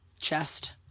chest